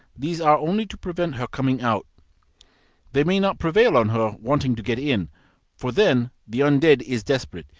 these are only to prevent her coming out they may not prevail on her wanting to get in for then the un-dead is desperate,